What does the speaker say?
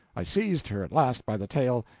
i seized her at last by the tail,